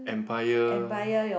empire